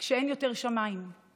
// כשאין יותר שמיים /